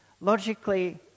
Logically